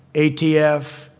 a. t. f,